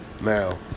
Now